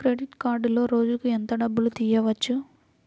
Credit కార్డులో రోజుకు ఎంత డబ్బులు తీయవచ్చు?